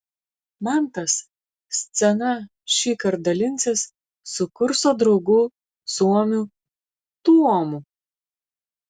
mantas scena šįkart dalinsis su kurso draugu suomiu tuomu